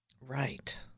Right